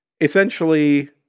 Essentially